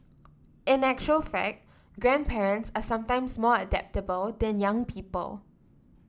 in actual fact grandparents are sometimes more adaptable than young people